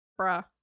Bruh